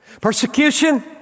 Persecution